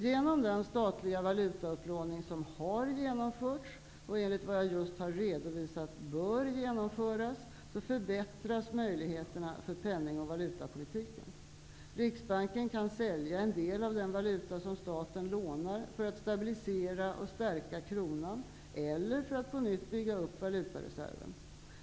Genom den statliga valutaupplåning som har genomförts och, enligt vad jag just har redovisat, bör genomföras förbättras möjligheterna för penning och valutapolitiken. Riksbanken kan sälja en del av den valuta som staten lånar för att stabilisera och stärka kronan eller för att på nytt bygga upp valutareserven.